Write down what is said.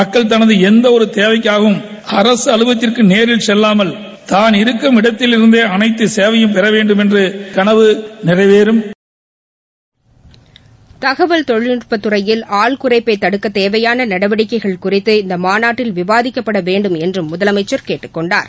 மக்கள் தனதளந்தவொருதேவைக்காகவும் அரக அலுவலகங்களுக்குநேரில் செல்லாமல் தாம் இருக்கும் இடத்திலிருந்தே அனைத்தசேவையும் பெறவேண்டும் என்றகனவு நிறைவேறும் தகவல் தொழில்நுட்பத்துறையில் ஆள் குறைப்பைதடுக்கதேவையானநடவடிக்கைகள் குறித்து இந்தமாநாட்டில் விவாதிக்கப்படவேண்டும் என்றும் முதலமைச்சர் கேட்டுக்கொண்டார்